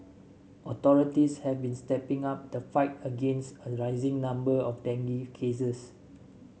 authorities have been stepping up the fight against a rising number of dengue cases